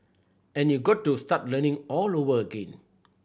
and you got to start learning all over again